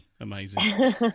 amazing